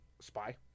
Spy